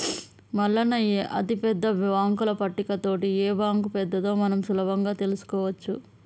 మల్లన్న ఈ అతిపెద్ద బాంకుల పట్టిక తోటి ఏ బాంకు పెద్దదో మనం సులభంగా తెలుసుకోవచ్చు